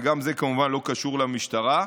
וגם זה כמובן לא קשור למשטרה,